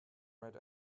red